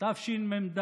תשמ"ד